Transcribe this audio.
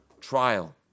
trial